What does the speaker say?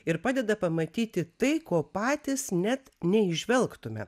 ir padeda pamatyti tai ko patys net neįžvelgtume